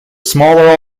smaller